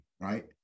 right